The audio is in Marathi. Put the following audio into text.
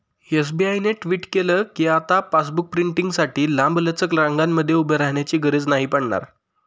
एस.बी.आय ने ट्वीट केल कीआता पासबुक प्रिंटींगसाठी लांबलचक रंगांमध्ये उभे राहण्याची गरज नाही पडणार